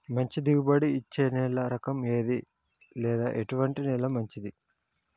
మంచి దిగుబడి ఇచ్చే నేల రకం ఏది లేదా ఎటువంటి నేల మంచిది?